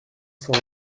cent